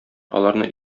аларны